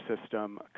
system